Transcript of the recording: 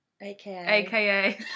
aka